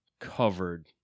Covered